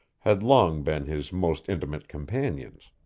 had long been his most intimate companions.